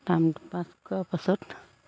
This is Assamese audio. টাইম পাছ কৰা পাছত